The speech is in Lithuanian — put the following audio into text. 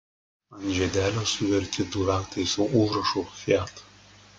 ant žiedelio suverti du raktai su užrašu fiat